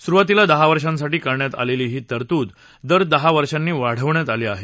सुरुवातीला दहा वर्षांसाठी करण्यात आलेली ही तरतूद दर दहा वर्षांनी वाढवण्यात आली आहे